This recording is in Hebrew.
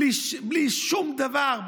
בלי שום דבר,